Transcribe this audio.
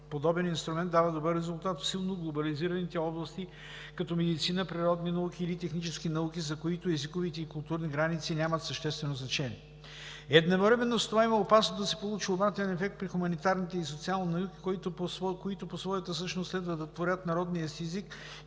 Подобен инструмент дава добър резултат в силно глобализираните области като медицина, природни науки или технически науки, за които езиковите и културните граници нямат съществено значение. Едновременно с това има опасност да се получи обратен ефект при хуманитарните и социалните науки, които по своята същност следва да творят на родния си език,